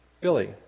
Billy